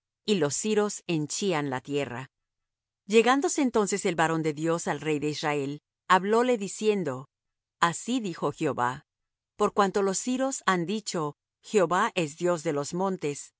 y los siros henchían la tierra llegándose entonces el varón de dios al rey de israel hablóle diciendo así dijo jehová por cuanto los siros han dicho jehová es dios de los montes no dios de